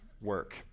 work